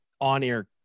on-air